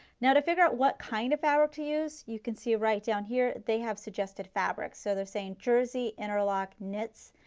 now to figure out what kind of fabric to use you can see right down here they have suggested fabric. so they are saying jersey, interlock, knits.